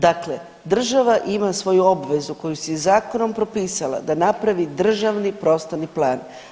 Dakle, država ima svoju obvezu koju si je zakonom propisala da napravi državni prostorni plan.